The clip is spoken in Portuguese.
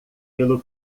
pelo